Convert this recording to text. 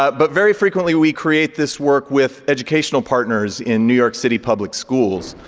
but but very frequently we create this work with educational partners in new york city public schools.